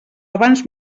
abans